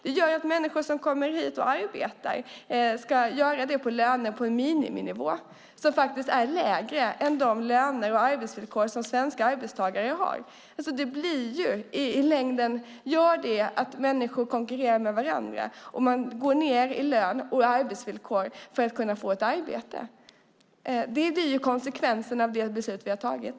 Det gör att människor som kommer hit och arbetar ska göra det för löner och arbetsvillkor på en miniminivå som faktiskt är lägre och sämre än de löner och arbetsvillkor som svenska arbetstagare har. I längden gör det att människor konkurrerar med varandra, och man går ned i lön och arbetsvillkor för att kunna få ett arbete. Det blir konsekvensen av det beslut vi har tagit.